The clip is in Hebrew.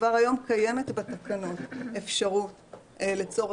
וכבר היום קיימת בתקנות אפשרות לצאת